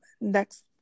next